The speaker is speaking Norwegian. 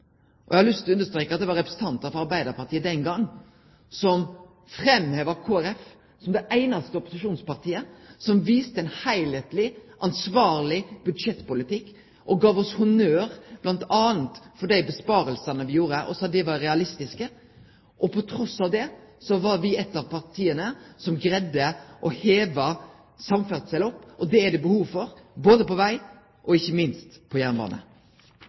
Eg har lyst til å understreke at det var representantar frå Arbeidarpartiet den gongen som framheva Kristeleg Folkeparti som det einaste opposisjonspartiet som viste ein heilskapleg, ansvarleg budsjettpolitikk, og gav oss honnør bl.a. for dei innsparingane me gjorde, og sa dei var realistiske. Trass i det var me eit av dei partia som greidde å lyfte samferdsel opp, og det er det behov for på både veg og, ikkje minst, på jernbane.